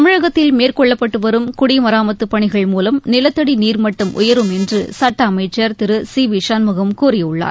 தமிழகத்தில் மேற்கொள்ளப்பட்டு வரும் குடிமராமத்துப் பணிகள் மூலம் நிலத்தடி நீர்மட்டம் உயரும் என்று சட்ட அமைச்சர் திரு சி வி சண்முகம் கூறியுள்ளார்